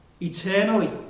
eternally